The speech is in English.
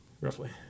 roughly